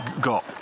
got